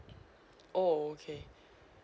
oh okay